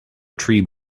tree